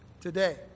today